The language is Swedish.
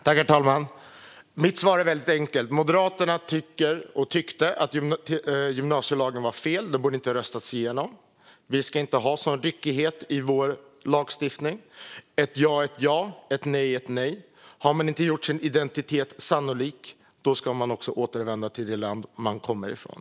Herr talman! Mitt svar är väldigt enkelt. Moderaterna tycker, och tyckte, att gymnasielagen var fel och inte borde ha röstats igenom. Vi ska inte ha en sådan ryckighet i vår lagstiftning. Ett ja är ett ja och ett nej är ett nej. Har man inte gjort sin identitet sannolik ska man också återvända till det land man kommer från.